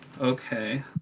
Okay